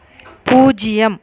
பூஜ்ஜியம்